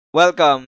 welcome